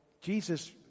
Jesus